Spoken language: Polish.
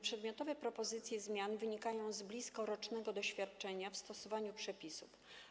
Przedmiotowe propozycje zmian wynikają z blisko rocznego doświadczenia w stosowaniu przepisów.